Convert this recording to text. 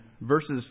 verses